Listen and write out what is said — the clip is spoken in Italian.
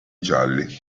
gialli